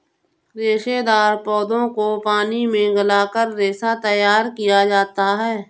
रेशेदार पौधों को पानी में गलाकर रेशा तैयार किया जाता है